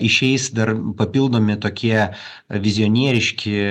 išeis dar papildomi tokie vizionieriški